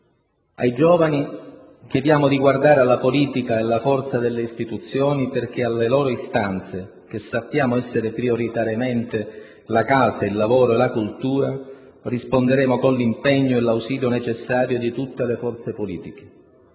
Ai giovani chiediamo di guardare alla politica e alla forza delle istituzioni, perché alle loro istanze, che sappiamo essere prioritariamente la casa, il lavoro e la cultura, risponderemo con l'impegno e l'ausilio necessario di tutte le forze politiche.